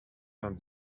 vingt